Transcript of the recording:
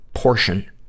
portion